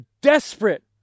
desperate